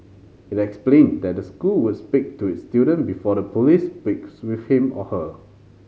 it explained that the school would speak to its student before the police speaks with him or her